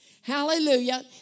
hallelujah